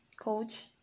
coach